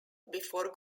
before